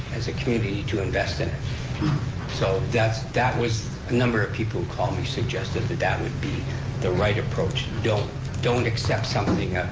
as a community, to invest in so, that's, that was, a number of people who called me suggested that that would be the right approach. don't don't accept something,